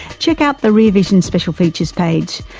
check out the rear vision special features page,